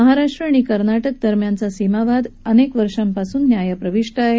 महाराष्ट्र आणि कर्नाटक दरम्यान सीमावाद ब याच वर्षापासून न्यायप्रविष्ट आहे